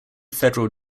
federal